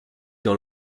dans